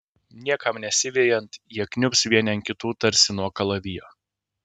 niekam nesivejant jie kniubs vieni ant kitų tarsi nuo kalavijo